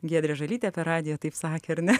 giedrė žalytė per radiją taip sakė ar ne